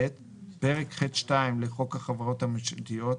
פרק ח'2 לחוק החברות הממשלתיות,